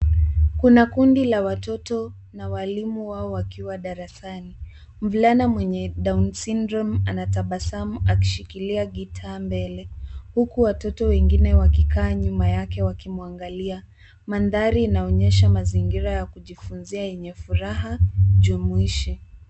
Kuna kundi la watoto na walimu wao wakiwa darasani. Mvulana mwenye Down syndrome anatabasamu, akishikilia gitaa mbele, huku watoto wengine wakikaa mbele yake wakimwangalia. Mandhari inaonyesha mazingira ya kujifunzia yenye furaha jumuishi.